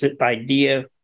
idea